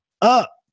up